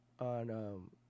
on